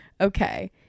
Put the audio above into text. okay